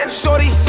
shorty